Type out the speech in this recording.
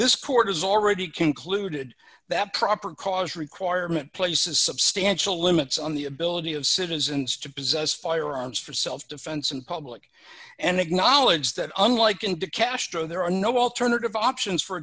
this court has already concluded that proper cause requirement places substantial limits on the ability of citizens to possess firearms for self defense in public and acknowledged that unlike in de castro there are no alternative options for